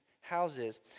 houses